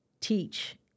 teach